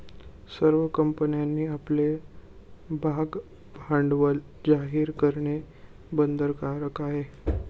सर्व कंपन्यांनी आपले भागभांडवल जाहीर करणे बंधनकारक आहे